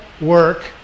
work